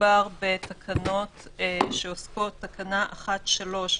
תקנה 1(3)